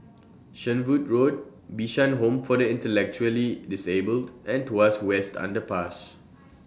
Shenvood Road Bishan Home For The Intellectually Disabled and Tuas West Underpass